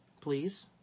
please